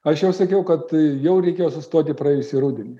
aš jau sakiau kad jau reikėjo sustoti praėjusį rudenį